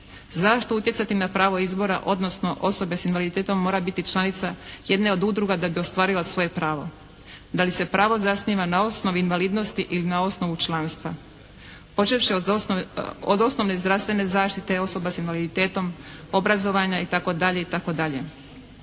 Zašto utjecati na pravo izbora odnosno osoba s invaliditetom mora biti članica jedne od udruga da ostvariva svoje pravo? Da li se pravo zasniva na osnovi invalidnosti ili na osnovu članstva? Počevši od osnovne zdravstvene zaštite osoba s invaliditetom, obrazovanja itd. Sve